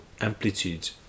amplitude